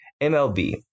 MLB